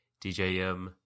DJM